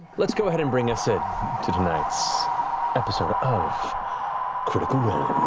let's go ahead and bring us in to tonight's episode of critical role.